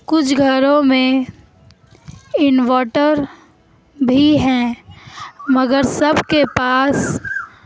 کچھ گھروں میں انورٹر بھی ہیں مگر سب کے پاس